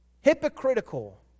hypocritical